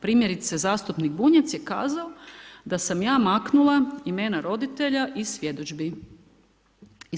Primjerice, zastupnik Bunjac je kazao da sam ja maknula imena roditelja iz svjedodžbi učenika.